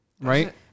Right